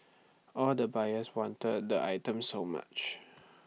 all the buyers wanted the items so much